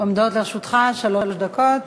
עומדות לרשותך שלוש דקות